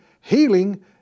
healing